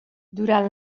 durant